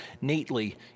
neatly